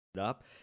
up